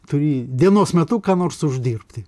turi dienos metu ką nors uždirbti